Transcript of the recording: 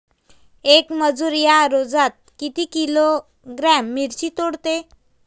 येक मजूर या रोजात किती किलोग्रॅम मिरची तोडते?